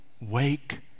Wake